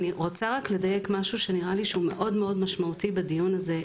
אני רוצה רק לדייק משהו שנראה לי שהוא מאוד מאוד משמעותי בדיון הזה.